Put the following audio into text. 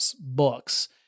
books